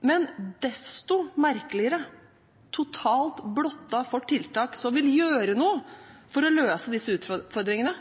men – desto merkeligere – totalt blottet for tiltak som vil gjøre noe for å løse disse utfordringene